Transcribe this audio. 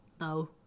No